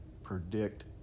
Predict